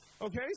Okay